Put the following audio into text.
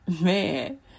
man